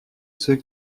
ceux